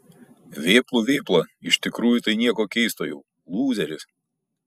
vėplų vėpla iš tikrųjų tai nieko keisto jau lūzeris